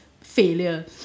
failure